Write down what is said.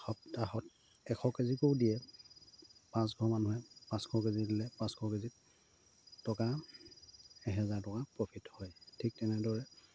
সপ্তাহত এশ কে জিকৈয়ো দিয়ে পাঁচশ মানুহে পাঁচশ কে জি দিলে পাঁচশ কে জিত টকা এহেজাৰ টকা প্ৰফিট হয় ঠিক তেনেদৰে